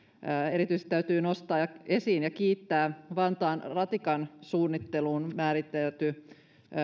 erityisesti täytyy nostaa esiin vantaan ratikan suunnitteluun määritelty